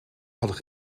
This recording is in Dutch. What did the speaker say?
hadden